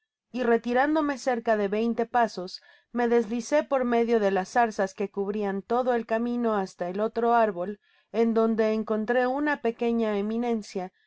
y retirándome cerca de veinte pasos me deslicé por medio de las zarzas que cubrian todo el camino ihasta el otro árbol en donde encontré una pequeña eminencia